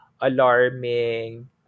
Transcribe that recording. alarming